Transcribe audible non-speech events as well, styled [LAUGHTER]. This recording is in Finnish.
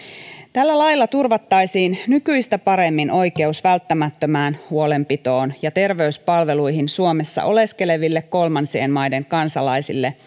tällä lailla turvattaisiin nykyistä paremmin oikeus välttämättömään huolenpitoon ja terveyspalveluihin suomessa oleskeleville kolmansien maiden kansalaisille [UNINTELLIGIBLE]